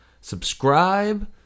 Subscribe